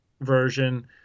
version